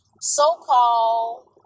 so-called